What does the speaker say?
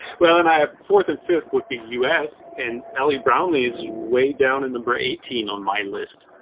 well, and i have fourth and fifth would be us and ali brownlee is way down in number eighteen on my list.